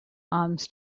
arms